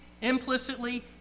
implicitly